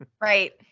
right